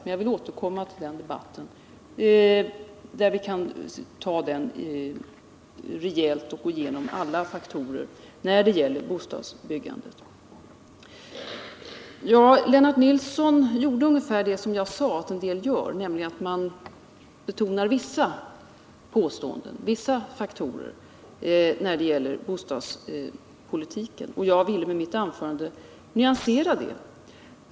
Men jag återkommer till det, och då kan vi ha en rejäl debatt och gå igenom alla faktorer när det gäller bostadsbyggandet. Lennart Nilsson gjorde ungefär det som jag sade att en del gör, nämligen betonar vissa påståenden och vissa faktorer när det gäller bostadspolitiken. Jag ville med mitt anförande nyansera det.